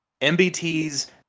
MBT's